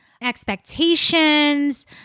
expectations